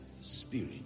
spirit